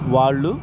వాళ్ళు